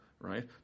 Right